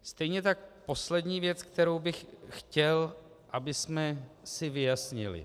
Stejně tak poslední věc, kterou bych chtěl, abychom si vyjasnili.